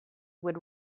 would